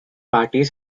parties